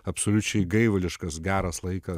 absoliučiai gaivališkas geras laikas